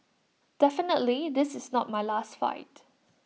definitely this is not my last fight